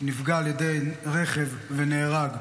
נפגע על ידי רכב ונהרג.